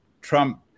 Trump